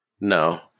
No